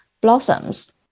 blossoms